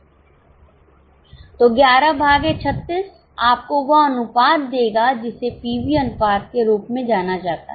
तो 11 भागे 36 आपको वह अनुपात देगा जिसे पीवी अनुपात के रूप में जाना जाता है